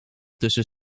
tussen